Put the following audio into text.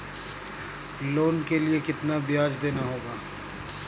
Loan के लिए कितना ब्याज देना होगा?